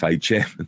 chairman